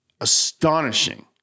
astonishing